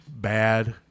bad